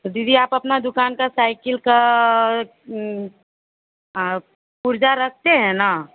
तो दीदी आप अपना दुकान का साइकिल का पुर्जा रखते हैं न